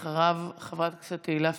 ואחריו, חברת הכנסת תהלה פרידמן.